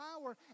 power